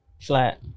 Flat